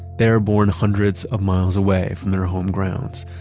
they are born hundreds of miles away from their home grounds,